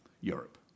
Europe